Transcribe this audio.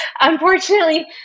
unfortunately